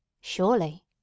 Surely